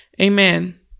amen